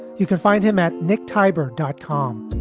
you can find him at nick tyber dot com.